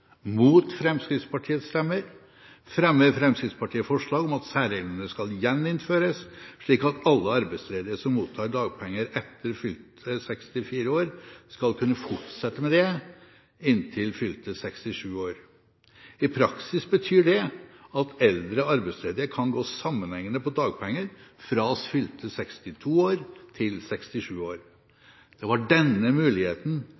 mot Fremskrittspartiets stemmer, fremmer Fremskrittspartiet forslag om at særreglene skal gjeninnføres, slik at alle arbeidsledige som mottar dagpenger etter fylte 64 år, skal kunne fortsette med det inntil fylte 67 år. I praksis betyr det at eldre arbeidsledige kan gå sammenhengende på dagpenger fra fylte 62 år til 67 år. Det var denne muligheten